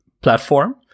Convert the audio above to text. platform